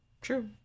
True